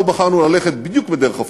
אנחנו בחרנו ללכת בדיוק בדרך הפוכה,